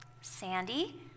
Sandy